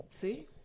See